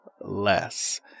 less